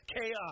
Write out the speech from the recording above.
Chaos